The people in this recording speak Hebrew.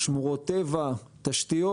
שמורות טבע, תשתיות.